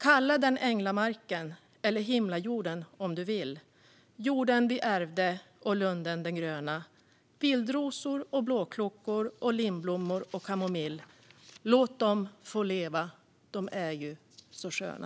Kalla den änglamarken eller himlajorden om du villJorden vi ärvde och lunden den grönaVildrosor och blåklockor och lindblommor och kamomillLåt dem få leva, de är ju så sköna